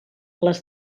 les